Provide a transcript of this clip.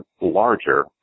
larger